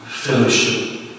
fellowship